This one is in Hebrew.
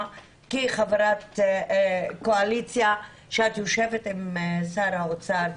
שכחברת קואליציה את יושבת עם שר האוצר.